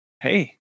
Hey